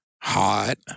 Hot